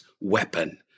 weapon